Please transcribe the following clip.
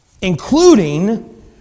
including